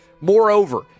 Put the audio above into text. Moreover